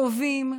טובים,